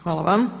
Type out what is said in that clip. Hvala vam.